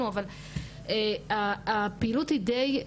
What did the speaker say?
לעבוד דרך גורם כזה כמו 105,